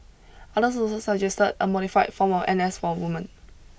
others also suggested a modified form of N S for women